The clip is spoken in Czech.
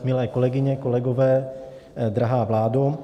Milé kolegyně, kolegové, drahá vládo.